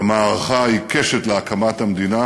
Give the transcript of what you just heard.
במערכה העיקשת להקמת המדינה,